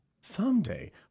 someday